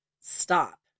stop